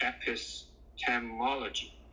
epistemology